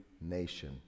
nation